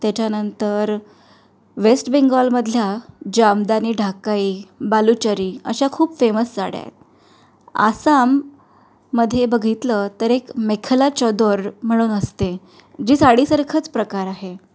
त्याच्यानंतर वेस्ट बेंगॉलमधल्या जामदानी ढाकाई बालुचरी अशा खूप फेमस साड्या आहेत आसाममध्ये बघितलं तर एक मेखला चोदोर म्हणून असते जी साडीसारखाच प्रकार आहे